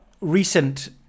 recent